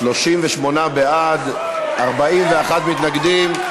38 בעד, 41 מתנגדים.